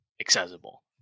accessible